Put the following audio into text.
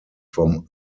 vom